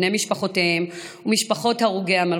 בני משפחותיהם ומשפחות הרוגי המלכות.